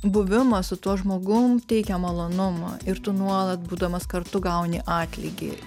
buvimas su tuo žmogum teikia malonumą ir tu nuolat būdamas kartu gauni atlygį